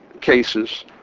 cases